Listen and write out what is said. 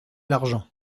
l’argent